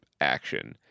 action